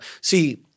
see